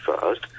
first